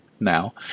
Now